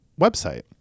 website